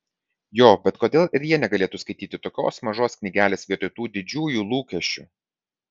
jo bet kodėl ir jie negalėtų skaityti tokios mažos knygelės vietoj tų didžiųjų lūkesčių